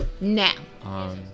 Now